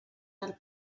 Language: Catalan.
del